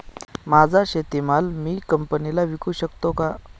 माझा शेतीमाल मी कंपनीला विकू शकतो का?